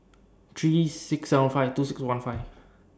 three six seven five two six one five